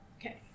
Okay